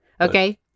Okay